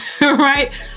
right